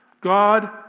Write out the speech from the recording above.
God